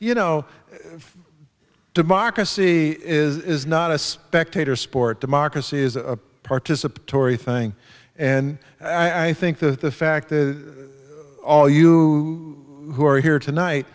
you know democracy is not a spectator sport democracy is a participatory thing and i think that the fact that all you who are here tonight